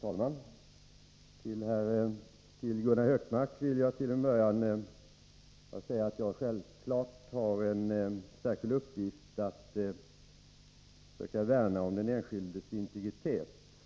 Herr talman! Till Gunnar Hökmark vill jag till en början bara säga att jag självfallet har en särskild uppgift att söka värna om den enskildes integritet.